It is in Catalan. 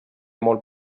molt